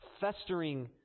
festering